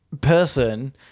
person